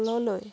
তললৈ